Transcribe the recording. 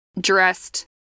dressed